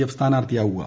F സ്ഥാനാർഥിയാവുക